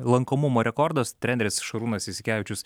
lankomumo rekordas treneris šarūnas jasikevičius